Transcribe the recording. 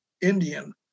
Indian